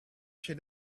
she